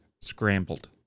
scrambled